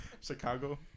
Chicago